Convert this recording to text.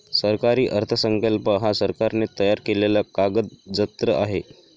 सरकारी अर्थसंकल्प हा सरकारने तयार केलेला कागदजत्र आहे